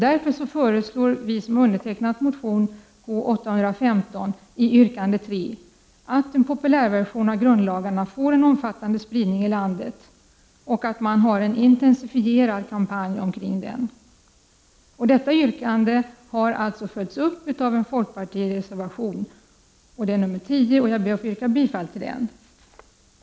Därför föreslår vi som under tecknat motionen K815 i yrkande 3, att en populärversion av grundlagarna får en omfattande spridning i landet och att man bedriver en intensiv kampanj kring denna version. Detta yrkande har följts upp av folkpartireservationen nr 10, som jag ber att få yrka bifall till.